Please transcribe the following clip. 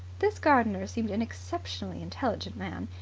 this gardener seemed an exceptionally intelligent man.